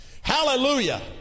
Hallelujah